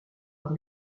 par